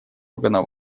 органа